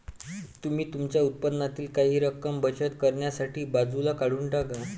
तुम्ही तुमच्या उत्पन्नातील काही रक्कम बचत करण्यासाठी बाजूला काढून टाका